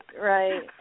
right